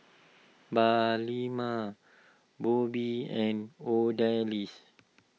Palela Bobbie and Odalis